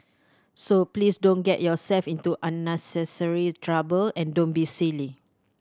so please don't get yourself into unnecessary trouble and don't be silly